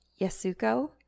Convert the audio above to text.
Yasuko